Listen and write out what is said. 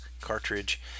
cartridge